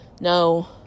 No